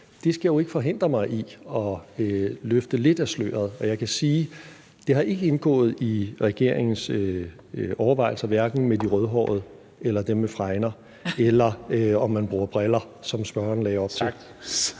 det skal jo ikke forhindre mig i at løfte lidt af sløret, og jeg kan sige, at det ikke har indgået i regeringens overvejelser, om man er rødhåret eller har fregner eller bruger briller, som spørgeren lagde op til.